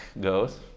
goes